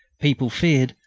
people feared,